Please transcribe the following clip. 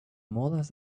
modes